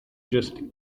just